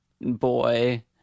boy